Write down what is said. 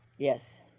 Yes